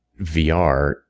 VR